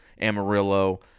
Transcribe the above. Amarillo